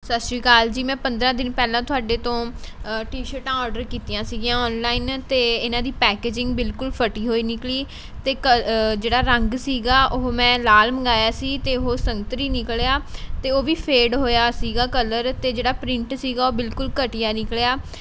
ਸਤਿ ਸ਼੍ਰੀ ਅਕਾਲ ਜੀ ਮੈਂ ਪੰਦਰ੍ਹਾਂ ਦਿਨ ਪਹਿਲਾਂ ਤੁਹਾਡੇ ਤੋਂ ਟੀ ਸ਼ਰਟਾਂ ਔਡਰ ਕੀਤੀਆਂ ਸੀਗੀਆਂ ਔਨਲਾਈਨ ਅਤੇ ਇਹਨਾਂ ਦੀ ਪੈਕਜਿੰਗ ਬਿਲਕੁਲ ਫਟੀ ਹੋਈ ਨਿਕਲੀ ਅਤੇ ਕਲ ਜਿਹੜਾ ਰੰਗ ਸੀਗਾ ਉਹ ਮੈਂ ਲਾਲ ਮੰਗਵਇਆ ਸੀ ਅਤੇ ਉਹ ਸੰਤਰੀ ਨਿਕਲਿਆ ਅਤੇ ਉਹ ਵੀ ਫੇਡ ਹੋਇਆ ਸੀਗਾ ਕਲਰ ਅਤੇ ਜਿਹੜਾ ਪ੍ਰਿੰਟ ਸੀਗਾ ਉਹ ਬਿਲਕੁਲ ਘਟੀਆ ਨਿਕਲਿਆ